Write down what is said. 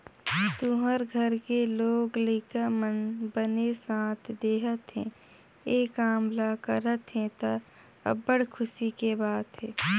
तुँहर घर के लोग लइका मन बने साथ देहत हे, ए काम ल करत हे त, अब्बड़ खुसी के बात हे